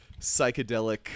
psychedelic